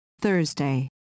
Thursday